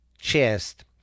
chest